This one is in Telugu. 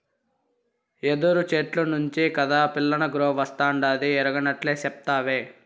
యెదురు చెట్ల నుంచే కాదా పిల్లనగ్రోవస్తాండాది ఎరగనట్లే సెప్తావే